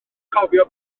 cofio